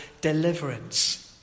deliverance